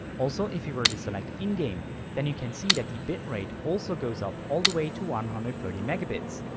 also if you were to select in-game then you can see that the bitrate also goes up all the way to one hundred and thirty megabits.